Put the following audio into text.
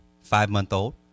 five-month-old